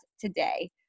today